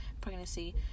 pregnancy